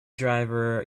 driver